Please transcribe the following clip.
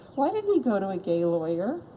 why didn't he go to a gay lawyer?